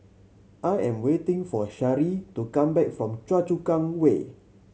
I am waiting for Sharee to come back from Choa Chu Kang Way